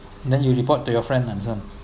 then you report to your friends ah this [one]